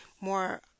more